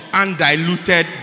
undiluted